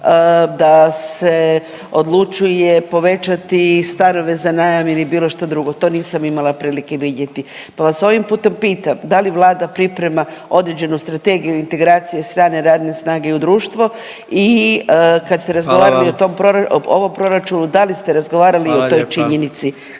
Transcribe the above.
da se odlučuje povećati stanove za najam ili bilo što drugo. To nisam imala prilike vidjeti, pa vas ovim putem pitam da li Vlada priprema određenu strategiju integracije strane radne snage u društvo i kad ste razgovarali o tom … …/Upadica predsjednik: